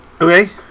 Okay